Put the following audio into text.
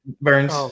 Burns